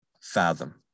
fathom